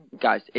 guys